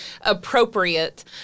appropriate